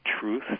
truth